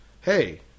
Hey